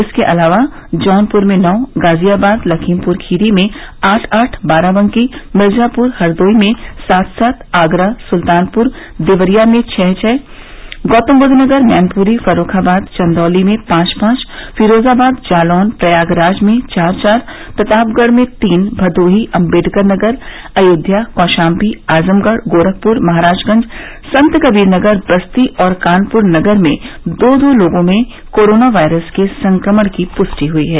इसके अलावा जौनपुर में नौ गाजियाबाद लखीमपुर खीरी में आठ आठ बाराबंकी मिर्जापुर हरदोई में सात सात आगरा सुल्तानपुर देवरिया में छः छः गौतमबुद्धनगर मैनपुरी फर्रूखाबाद चन्दौली में पांच पांच फिरोजाबाद जालौन प्रयागराज में चार चार प्रतापगढ़ में तीन भदोही अम्बेडकरनगर अयोध्या कौशाम्बी आजमगढ़ गोरखपुर महराजगंज संतकबीर नगर बस्ती और कानपुर नगर में दो दो लोगों में कोरोना वायरस के संक्रमण की पुष्टि हुई है